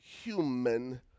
human